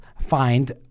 find